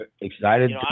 excited